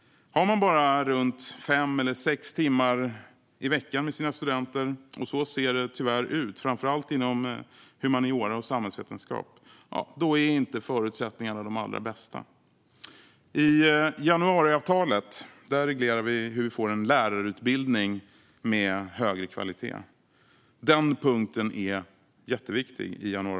Har man bara runt fem eller sex timmar i veckan med sina studenter - och så ser det tyvärr ut, framför allt inom humaniora och samhällsvetenskap - är förutsättningarna inte de allra bästa. I januariavtalet reglerar vi hur vi får en lärarutbildning med högre kvalitet. Den punkten är jätteviktig.